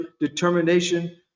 determination